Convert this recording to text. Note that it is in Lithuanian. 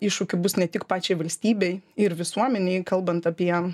iššūkių bus ne tik pačiai valstybei ir visuomenei kalbant apie